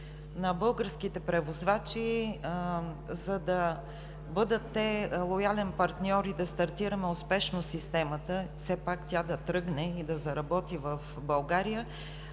на българските превозвачи, за да бъдат те лоялен партньор и да стартираме успешно системата, все пак тя да тръгне и да заработи в България,